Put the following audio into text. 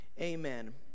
amen